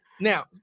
now